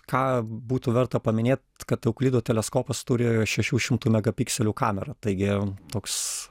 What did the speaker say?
ką būtų verta paminėt kad euklido teleskopas turi šešių šimtų megapikselių kamerą taigi toks